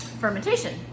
fermentation